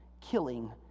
killing